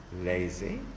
lazy